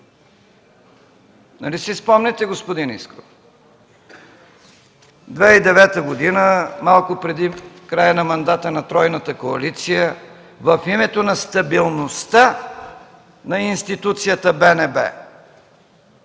Нали си спомняте, господин Искров? Две хиляди и девета година, малко преди края на мандата на тройната коалиция – в името на стабилността на институцията БНБ